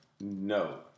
no